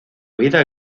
vida